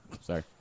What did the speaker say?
Sorry